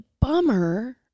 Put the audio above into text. bummer